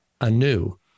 anew